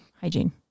hygiene